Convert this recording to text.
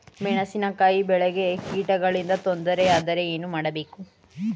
ಮೆಣಸಿನಕಾಯಿ ಬೆಳೆಗೆ ಕೀಟಗಳಿಂದ ತೊಂದರೆ ಯಾದರೆ ಏನು ಮಾಡಬೇಕು?